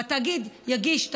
והתאגיד יגיש את